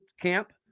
camp